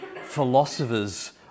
philosophers